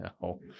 No